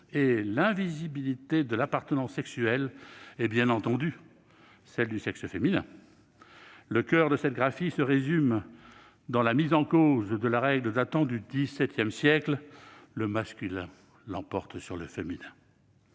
que l'invisibilité de l'appartenance sexuelle et, bien entendu, celle du sexe féminin. Le coeur de cette graphie se résume dans la mise en cause de la règle, datant du XVII siècle, selon laquelle « le masculin l'emporte sur le féminin ».